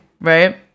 right